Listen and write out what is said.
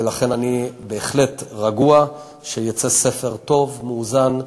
ולכן, אני בהחלט רגוע שיצא ספר טוב, מאוזן,